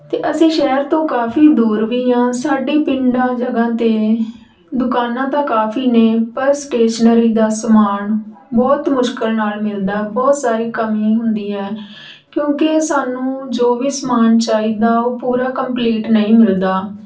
ਅਤੇ ਅਸੀਂ ਸ਼ਹਿਰ ਤੋਂ ਕਾਫ਼ੀ ਦੂਰ ਵੀ ਹਾਂ ਸਾਡੇ ਪਿੰਡਾਂ ਜਗ੍ਹਾਂ 'ਤੇ ਦੁਕਾਨਾਂ ਤਾਂ ਕਾਫ਼ੀ ਨੇ ਪਰ ਸਟੇਸ਼ਨਰੀ ਦਾ ਸਮਾਨ ਬਹੁਤ ਮੁਸ਼ਕਿਲ ਨਾਲ ਮਿਲਦਾ ਬਹੁਤ ਸਾਰੀ ਕਮੀ ਹੁੰਦੀ ਹੈ ਕਿਉਂਕਿ ਸਾਨੂੰ ਜੋ ਵੀ ਸਮਾਨ ਚਾਹੀਦਾ ਉਹ ਪੂਰਾ ਕੰਪਲੀਟ ਨਹੀਂ ਮਿਲਦਾ